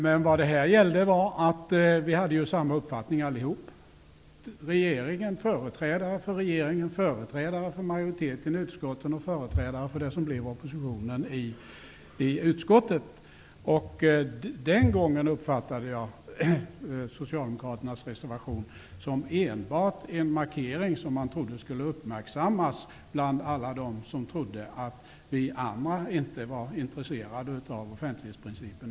Men vad det här gällde var att vi alla hade samma uppfattning -- företrädare för regeringen, för majoriteten i utskotten och för det som blev oppositionen i utskottet. Den gången uppfattade jag Socialdemokraternas reservation enbart som en markering att uppmärksammas av alla dem som trodde att vi andra över huvud taget inte var intresserade av offentlighetsprincipen.